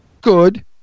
good